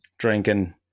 drinking